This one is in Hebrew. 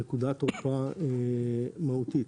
זו נקודת תורפה מהותית.